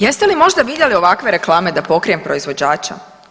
Jeste li možda vidjeli ovakve reklame da pokrijem proizvođača?